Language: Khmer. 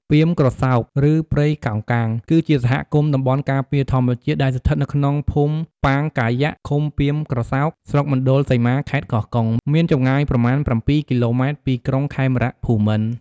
ពាមក្រសោប ឬ ព្រៃកោងកាង គឺជាសហគមន៍តំបន់ការពារធម្មជាតិ ដែលស្ថិតក្នុងភូមិបាងកាយ៉ាក ឃុំពាមក្រសោប ស្រុកមណ្ឌលសីមា ខេត្តកោះកុង មានចម្ងាយប្រមាណ៧គីឡូម៉ែត្រ ពីក្រុង ខេមរភូមិន្ទ។